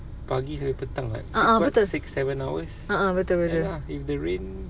a'ah betul a'ah betul betul